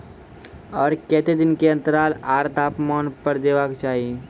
आर केते दिन के अन्तराल आर तापमान पर देबाक चाही?